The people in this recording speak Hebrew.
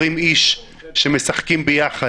מתייחס לאינסטינקט,